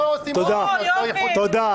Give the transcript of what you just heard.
תודה, תודה.